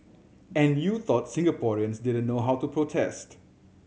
and you thought Singaporeans didn't know how to protest